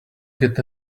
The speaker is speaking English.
get